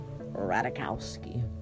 Radikowski